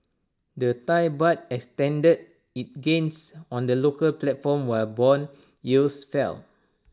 the Thai Baht extended its gains on the local platform while Bond yields fell